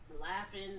laughing